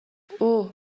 اوه